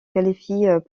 qualifient